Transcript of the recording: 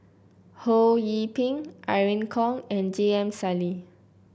Ho Yee Ping Irene Khong and J M Sali